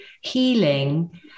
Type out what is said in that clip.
healing